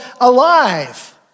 alive